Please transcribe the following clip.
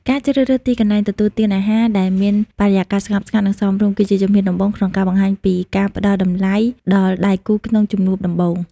ការជ្រើសរើសទីកន្លែងទទួលទានអាហារដែលមានបរិយាកាសស្ងប់ស្ងាត់ និងសមរម្យ គឺជាជំហានដំបូងក្នុងការបង្ហាញពីការផ្ដល់តម្លៃដល់ដៃគូក្នុងជំនួបដំបូង។